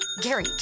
Gary